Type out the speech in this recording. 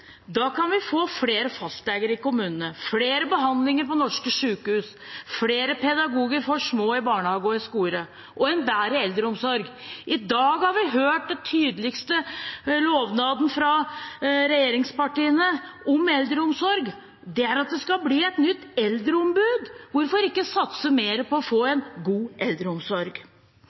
Da kan vi få flere fastleger i kommunene, flere behandlinger på norske sykehus, flere pedagoger for små i barnehage og i skole og en bedre eldreomsorg. I dag har vi hørt den tydeligste lovnaden fra regjeringspartiene om eldreomsorg. Det er at det skal bli et nytt eldreombud. Hvorfor ikke satse mer på å få en god eldreomsorg?